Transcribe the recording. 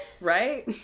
right